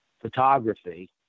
photography